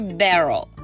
barrel